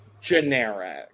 generic